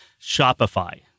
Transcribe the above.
Shopify